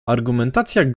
argumentacja